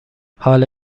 حال